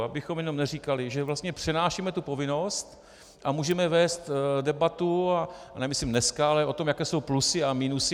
Abychom jenom neříkali, že vlastně přenášíme tuto povinnost, a můžeme vést debatu, nemyslím dneska, o tom, jaké jsou plusy a minusy.